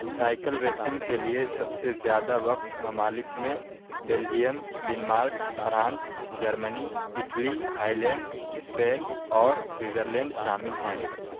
cycle racing کے لیے سب سے زیادہ وقف ممالک میں بیلجیم ڈنمارک فرانس جرمنی اٹلی ہائی لینڈ اسپین اور سوئٹزرلینڈ شامل ہیں